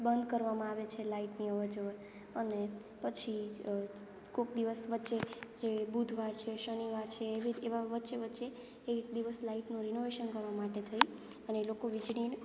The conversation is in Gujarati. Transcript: બંધ કરવામાં આવે છે લાઈટની અવરજવર અને પછી અ કોઈક દિવસ વચ્ચે બુધવાર છે શનીવાર છે એવી એવા વચ્ચે વચ્ચે એક દિવસ લાઈટનું રિનોવેશન કરવા માટે થઈ અને એ લોકો વીજળી